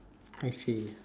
I see